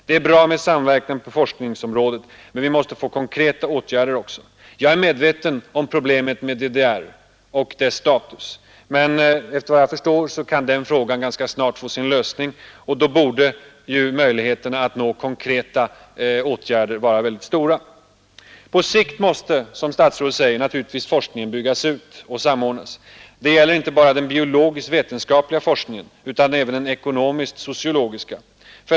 Det är bra med samverkan på forskningsområdet. Men vi måste få konkreta åtgärder också. Jag är medveten om problemet med DDR och dess status, men enligt vad jag förstår kan den frågan ganska snart få sin lösning, och då borde ju möjligheterna att nå konkreta åtgärder vara mycket stora. På sikt måste, som statsrådet säger, forskningen naturligtvis byggas ut och samordnas. Det gäller inte bara den biologisk-vetenskapliga forskningen utan även den ekonomisk-sociologiska.